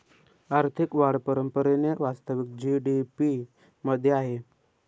आर्थिक वाढ परंपरेने वास्तविक जी.डी.पी मध्ये आहे